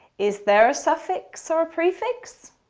is there a suffix or a prefix?